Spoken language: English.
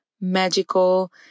magical